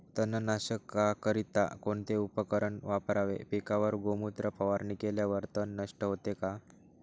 तणनाशकाकरिता कोणते उपकरण वापरावे? पिकावर गोमूत्र फवारणी केल्यावर तण नष्ट होते का?